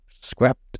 scrapped